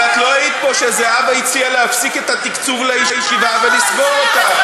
אבל לא היית פה כשזהבה הציעה להפסיק את התקצוב לישיבה ולסגור אותה.